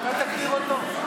אתה תגדיר אותו?